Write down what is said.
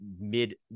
mid